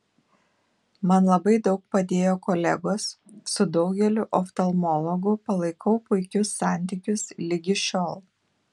man labai daug padėjo kolegos su daugeliu oftalmologų palaikau puikius santykius ligi šiol